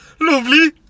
Lovely